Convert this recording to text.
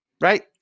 Right